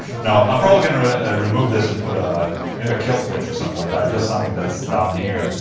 no, i'm probably gonna remove this and put ah maybe a killswitch or something like that just something that's down here,